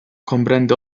comprende